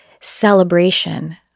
celebration